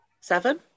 Seven